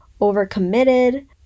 overcommitted